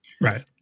right